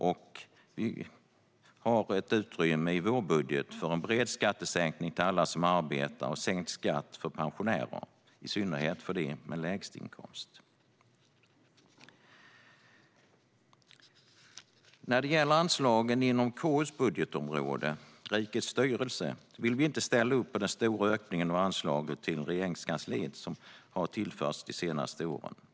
Vi har utrymme i vår budget för en bred skattesänkning till alla som arbetar och sänkt skatt för pensionärer, i synnerhet för dem med lägst inkomst. När det gäller anslagen inom KU:s budgetområde, Rikets styrelse, vill vi inte ställa upp på den stora ökningen av anslaget till Regeringskansliet som har tillförts de senaste åren.